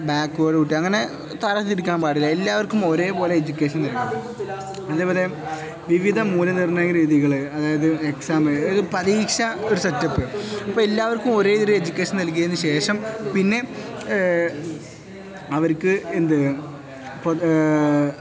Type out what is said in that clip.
backward കുട്ടി അങ്ങനെ തരംതിരിക്കാന് പാടില്ല എല്ലാവർക്കും ഒരേപോലെ എഡ്യൂക്കേഷൻ നൽകണം അതേപോലെ വിവിധ മൂല്യനിർണ്ണയ രീതികള് അതായത് എക്സാം അതായത് പരീക്ഷ ഒരു സെറ്റപ്പ് അപ്പോള് എല്ലാവർക്കും ഒരേ രീതിയില് എഡ്യൂക്കേഷൻ നൽകിയതിന് ശേഷം പിന്നെ അവർക്ക്